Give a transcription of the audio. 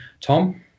Tom